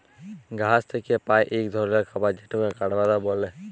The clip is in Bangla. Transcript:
গাহাচ থ্যাইকে পাই ইক ধরলের খাবার যেটকে কাঠবাদাম ব্যলে